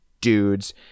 dudes